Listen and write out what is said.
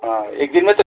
एकदिनमै त